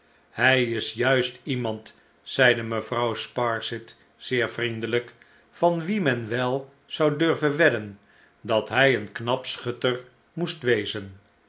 hij is juist iemand zeide mevrouw sparsit zeer vriendelijk van wien men wel zou durven wedden dat hij een knap schutter moest wezen